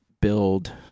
build